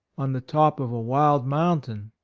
on the top of a wild mountain,